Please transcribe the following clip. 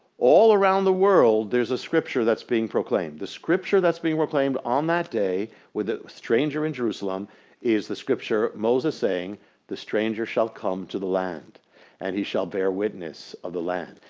all around the world there's a scripture that's being proclaimed. the scripture that's being proclaimed on that day with the stranger in jerusalem is the scripture of moses saying the stranger shall come to the land and he shall bear witness of the land.